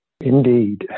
Indeed